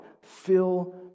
fill